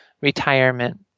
retirement